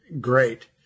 great